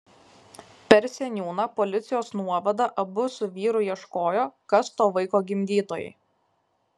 per seniūną policijos nuovadą abu su vyru ieškojo kas to vaiko gimdytojai